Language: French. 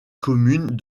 communes